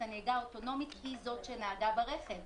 הנהיגה האוטונומית היא זו שנהגה ברכב,